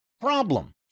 problem